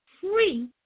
free